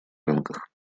рынках